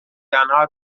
زنها